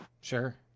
Sure